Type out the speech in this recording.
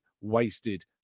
wasted